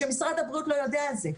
שמשרד הבריאות לא יודע על זה?